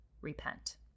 repent